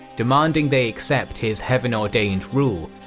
demanding they accept his heaven ordained rule,